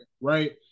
right